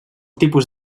tipus